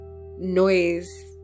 noise